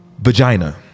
vagina